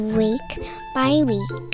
week-by-week